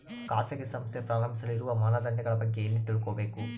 ಖಾಸಗಿ ಸಂಸ್ಥೆ ಪ್ರಾರಂಭಿಸಲು ಇರುವ ಮಾನದಂಡಗಳ ಬಗ್ಗೆ ಎಲ್ಲಿ ತಿಳ್ಕೊಬೇಕು?